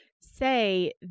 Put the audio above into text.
say